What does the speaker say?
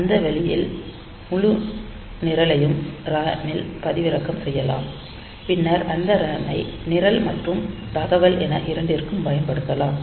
அந்த வழியில் முழு நிரலையும் RAM ல் பதிவிறக்கம் செய்யலாம் பின்னர் அந்த RAM ஐ நிரல் மற்றும் தகவல் என இரண்டிற்கும் பயன்படுத்தலாம்